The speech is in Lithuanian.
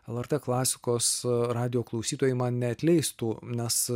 lrt klasikos radijo klausytojai man neatleistų nes